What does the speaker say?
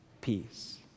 peace